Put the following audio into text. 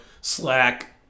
slack